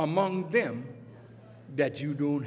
among them that you do